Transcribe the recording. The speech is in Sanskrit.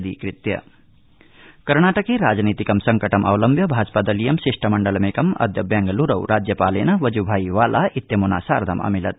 कर्णाटक राजनीतिक संकटम् कर्णाटके राजनीतिकं संकटम् अवलम्ब्य भाजपा दलीयं शिष्टमण्डलमेकम् अद्य बेंगलूरौ राज्यपालेन वजुभाई वाला इत्यमुना सार्धम् अमिलत्